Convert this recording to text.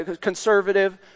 conservative